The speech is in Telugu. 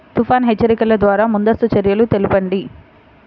తుఫాను హెచ్చరికల ద్వార ముందస్తు చర్యలు తెలపండి?